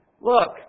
Look